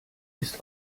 ist